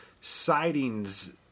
sightings